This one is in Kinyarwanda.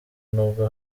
nubwo